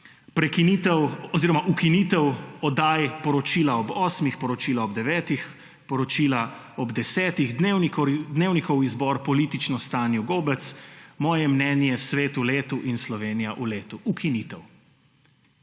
prekinitev oziroma ukinitev oddaj, poročila ob osmih, poročila ob devetih, poročila ob desetih, dnevnikov izbor, politično s Tanjo Gobec, Moje mnenje, svet v letu in Slovenija v letu ukinitev.